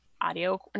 audio